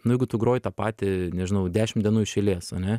nu jeigu tu groji tą patį nežinau dešim dienų iš eilės ane